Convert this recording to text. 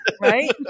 Right